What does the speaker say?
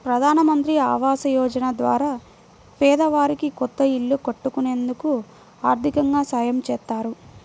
ప్రధానమంత్రి ఆవాస యోజన ద్వారా పేదవారికి కొత్త ఇల్లు కట్టుకునేందుకు ఆర్దికంగా సాయం చేత్తారు